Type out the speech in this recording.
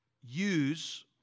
use